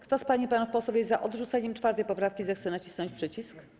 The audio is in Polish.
Kto z pań i panów posłów jest za odrzuceniem 4. poprawki, zechce nacisnąć przycisk.